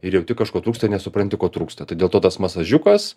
ir jauti kažko trūksta ir nesupranti ko trūksta tai dėl to tas masažiukas